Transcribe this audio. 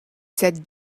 said